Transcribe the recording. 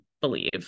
believe